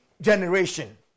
generation